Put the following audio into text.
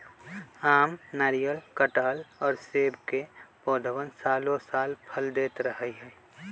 आम, नारियल, कटहल और सब के पौधवन सालो साल फल देते रहा हई